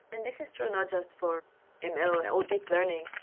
and this is true not just for ml and or deep learning.